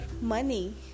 money